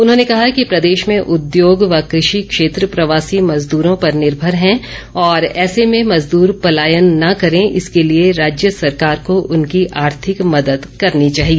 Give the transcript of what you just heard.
उन्होंने कहा कि प्रदेश में उद्योग व कृषि क्षेत्र प्रवासी मजदूरों पर निर्भर है और ऐसे में मजदूर पलायन न करे इसके लिए राज्य सरकार को उनकी आर्थिक मदद करनी चाहिए